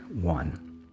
one